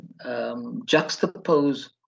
juxtapose